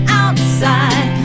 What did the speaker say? outside